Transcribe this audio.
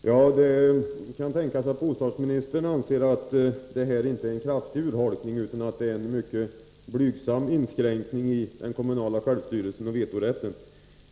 Herr talman! Det kan tänkas att bostadsministern anser att detta inte är en kraftig urholkning utan en mycket blygsam inskränkning av den kommunala självstyrelsen och vetorätten.